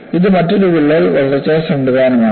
ഇത് മറ്റൊരു വിള്ളൽ വളർച്ചാ സംവിധാനമാണ്